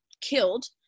killed